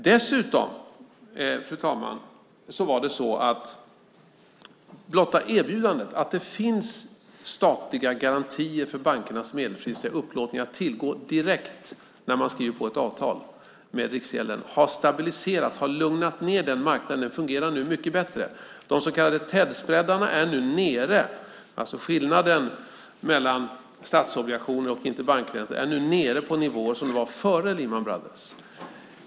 Dessutom, fru talman, är det så att blotta erbjudandet, att det finns statliga garantier för bankernas medelfristiga upplåning att tillgå direkt när man skriver på ett avtal med Riksgälden, har stabiliserat och lugnat ned den marknaden. Den fungerar nu mycket bättre. De så kallade TED-spreadarna, alltså skillnaden mellan statsobligationer och interbankräntor, är nu nere på de nivåer som var före Lehman Brothers.